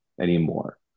anymore